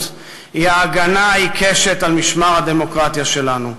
הן ההגנה העיקשת על משמר הדמוקרטיה שלנו.